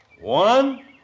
One